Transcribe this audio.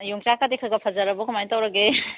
ꯌꯣꯡꯆꯥꯛꯀꯗꯤ ꯈꯒ ꯐꯖꯔꯕꯣ ꯀꯃꯥꯏ ꯇꯧꯔꯒꯦ